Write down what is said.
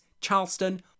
Charleston